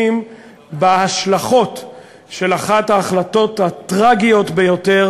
בהשלכות של אחת ההחלטות הטרגיות ביותר